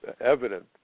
evident